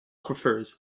aquifers